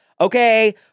Okay